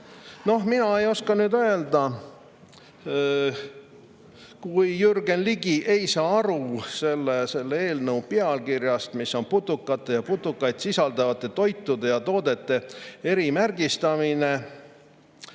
Aga mina ei oska nüüd öelda. Kui Jürgen Ligi ei saa selle eelnõu pealkirjast aru, mis on putukate ja putukaid sisaldavate toitude ja toodete erimärgistamine,